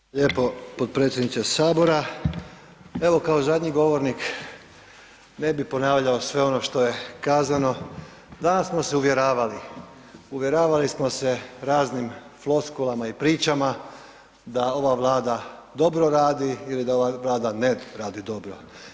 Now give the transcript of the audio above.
Hvala lijepo potpredsjedniče sabora, evo kao zadnji govornik ne bi ponavljao sve ono što je kazano, danas smo se uvjeravali, uvjeravali smo se raznim floskulama i pričama da ova Vlada dobro radi ili da ova Vlada ne radi dobro.